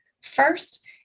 First